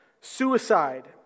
suicide